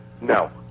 no